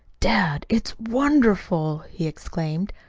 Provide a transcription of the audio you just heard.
dad, it's wonderful! he exclaimed.